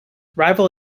rival